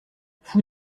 fou